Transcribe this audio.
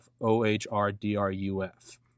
O-H-R-D-R-U-F